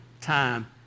time